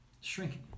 Shrinking